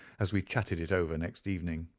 as we chatted it over next evening.